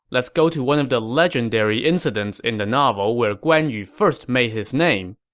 let's go to one of the legendary incidents in the novel where guan yu first made his name.